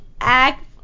act